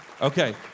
Okay